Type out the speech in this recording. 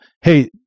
hey